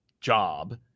job